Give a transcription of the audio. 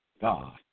God